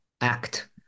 act